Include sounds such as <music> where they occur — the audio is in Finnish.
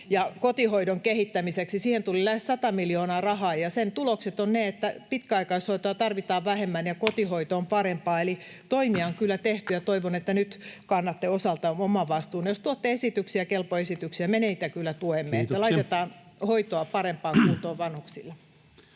kotihoidon kehittämiseksi. Siihen tuli rahaa lähes 100 miljoonaa, ja sen tulokset ovat ne, että pitkäaikaishoitoa tarvitaan vähemmän <noise> ja kotihoito on parempaa. Eli toimia on kyllä tehty, ja toivon, että nyt kannatte osaltaan oman vastuunne. Jos tuotte esityksiä, kelpo esityksiä, me niitä kyllä tuemme. Laitetaan hoitoa [Puhemies: Kiitoksia!]